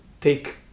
take